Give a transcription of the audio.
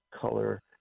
color